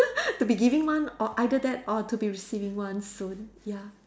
to be giving one or either that or to be receiving one soon ya